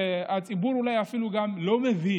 שהציבור אולי אפילו לא מבין,